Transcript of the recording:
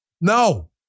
No